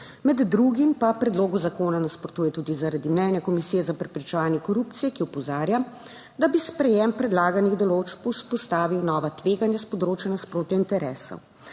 med drugim pa predlogu zakona nasprotuje tudi zaradi mnenja Komisije za preprečevanje korupcije, ki opozarja da bi sprejetje predlaganih določb vzpostavil nova tveganja s področja nasprotja interesov.